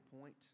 point